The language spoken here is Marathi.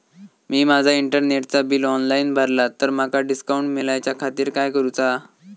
मी माजा इंटरनेटचा बिल ऑनलाइन भरला तर माका डिस्काउंट मिलाच्या खातीर काय करुचा?